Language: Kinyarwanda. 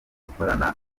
gukorana